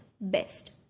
best